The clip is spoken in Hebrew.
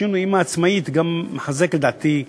השם "אימא עצמאית" גם מחזק, לדעתי,